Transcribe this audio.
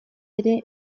ere